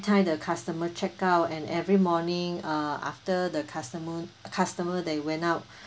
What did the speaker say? time the customer check out and every morning uh after the customer customer they went out